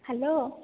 hello